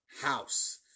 House